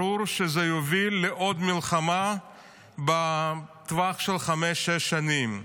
ברור שזה יוביל לעוד מלחמה בטווח של חמש, שש שנים,